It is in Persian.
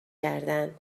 کردن